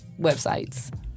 websites